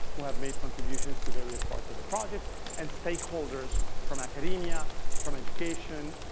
who have made contributions to various parts of the project and stakeholders, from academia, from education,